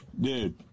Dude